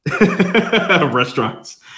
restaurants